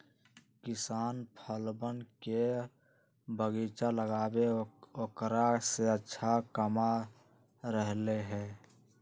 किसान फलवन के बगीचा लगाके औकरा से अच्छा कमा रहले है